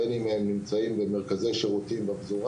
בין אם הם נמצאים במרכזי שירותים בפזורה